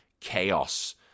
chaos